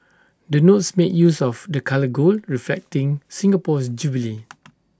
the notes make use of the colour gold reflecting Singapore's jubilee